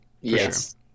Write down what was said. yes